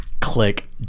click